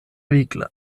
vigla